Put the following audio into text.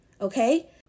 okay